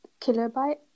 Kilobyte